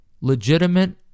legitimate